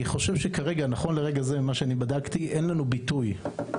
נכון לרגע זה אין לנו ביטוי באירוע הזה.